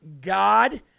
God